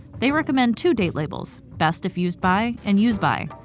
they recommend two date labels best if used by and use by.